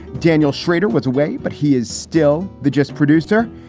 daniel shrader was away, but he is still the gist producer.